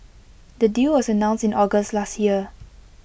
the deal was announced in August last year